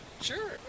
sure